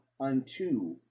unto